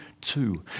two